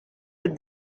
with